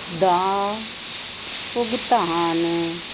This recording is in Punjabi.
ਦਾ ਭੁਗਤਾਨ